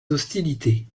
hostilités